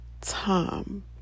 time